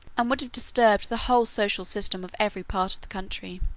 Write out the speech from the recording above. and would have disturbed the whole social system of every part of the country.